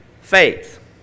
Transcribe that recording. faith